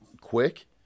quick